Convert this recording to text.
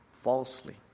falsely